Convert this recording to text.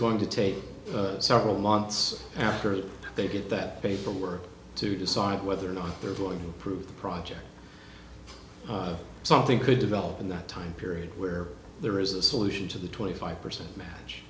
going to take several months after they get that paperwork to decide whether or not they're going to prove the project something could develop in the time period where there is a solution to the twenty five percent match